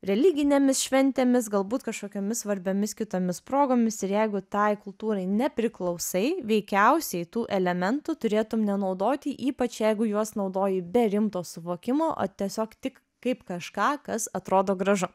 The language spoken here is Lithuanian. religinėmis šventėmis galbūt kažkokiomis svarbiomis kitomis progomis ir jeigu tai kultūrai nepriklausai veikiausiai tų elementų turėtum nenaudoti ypač jeigu juos naudoji be rimto suvokimo o tiesiog tik kaip kažką kas atrodo gražu